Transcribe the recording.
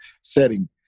setting